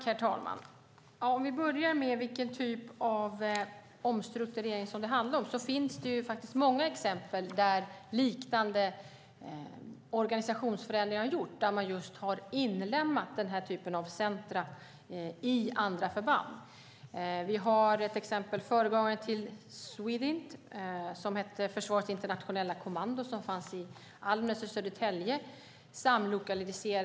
Herr talman! När det gäller vilken typ av omstrukturering det handlar om finns det många exempel där liknande organisationsförändringar har gjorts och där man har inlemmat den här typen av centrum i andra förband. Ett exempel är föregångaren till Swedint som hette Försvarets internationella kommando och fanns i Almnäs i Södertälje.